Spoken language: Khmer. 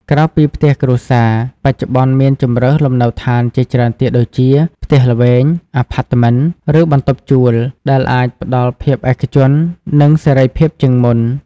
ក្រៅពីផ្ទះគ្រួសារ បច្ចុប្បន្នមានជម្រើសលំនៅឋានជាច្រើនទៀតដូចជា ផ្ទះល្វែង អាផាតមិន ឬបន្ទប់ជួល ដែលអាចផ្តល់ភាពឯកជន និងសេរីភាពជាងមុន។